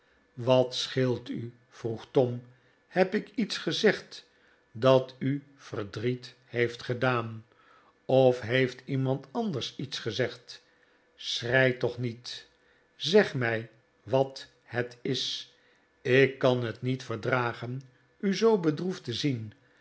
wat scheelt u vroeg tom heb ik iets gezegd dat u verdriet heeft gedaan of heeft iemand anders iets gezegd schrei toch niet i zeg mij wat het is ik kan het niet verdragen u zoo bedroefd te zien